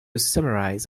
summarize